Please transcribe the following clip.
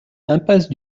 impasse